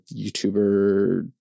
youtuber